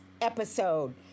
episode